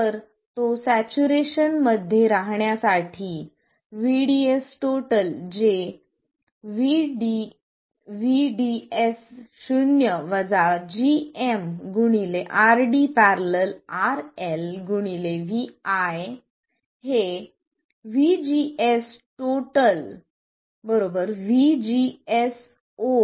तर तो सॅच्युरेशन मध्ये राहण्यासाठी VDS जे VDS0 gmRD║ RL vi ≥ VGS